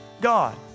God